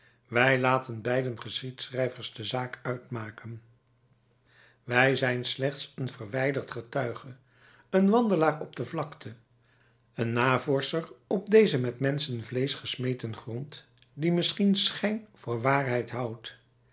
wij laten beide geschiedschrijvers de zaak uitmaken wij zijn slechts een verwijderd getuige een wandelaar op de vlakte een navorscher op dezen met menschenvleesch gemesten grond die misschien schijn voor waarheid houdt